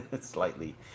slightly